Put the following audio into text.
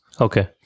okay